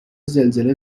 زلزله